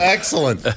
Excellent